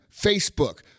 Facebook